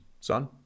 son